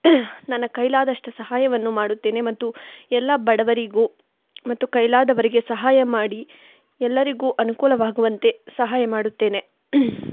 ನನ್ನ ಕೈಲಾದಷ್ಟು ಸಹಾಯವನ್ನು ಮಾಡುತ್ತೇನೆ ಮತ್ತು ಎಲ್ಲ ಬಡವರಿಗು ಮತ್ತು ಕೈಲಾದವರಿಗೆ ಸಹಾಯ ಮಾಡಿ ಎಲ್ಲರಿಗೂ ಅನುಕೂಲವಾಗುವಂತೆ ಸಹಾಯ ಮಾಡುತ್ತೇನೆ